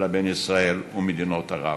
אלא בין ישראל ומדינות ערב.